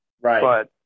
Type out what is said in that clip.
Right